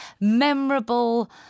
memorable